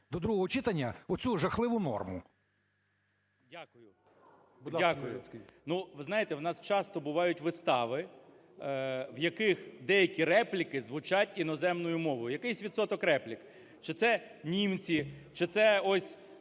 до другого читання оцю жахливу норму?